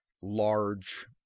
large